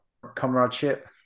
Comradeship